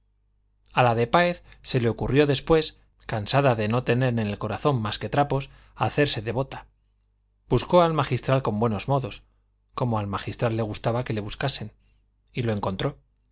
a la de páez se le ocurrió después cansada de no tener en el corazón más que trapos hacerse devota buscó al magistral con buenos modos como al magistral le gustaba que le buscasen y lo encontró